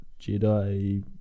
Jedi